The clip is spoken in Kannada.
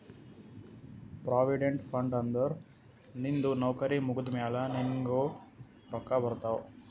ಪ್ರೊವಿಡೆಂಟ್ ಫಂಡ್ ಅಂದುರ್ ನಿಂದು ನೌಕರಿ ಮುಗ್ದಮ್ಯಾಲ ನಿನ್ನುಗ್ ರೊಕ್ಕಾ ಬರ್ತಾವ್